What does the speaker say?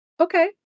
Okay